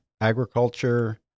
agriculture